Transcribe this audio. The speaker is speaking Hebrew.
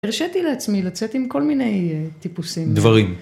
הרשיתי לעצמי לצאת עם כל מיני טיפוסים. דברים.